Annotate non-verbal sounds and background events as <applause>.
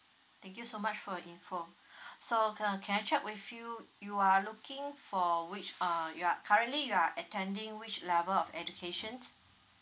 thank you so much for your info <breath> so um can I check with you you are looking for which uh you are currently you are attending which level of education